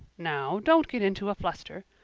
now, don't get into a fluster.